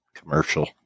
Commercial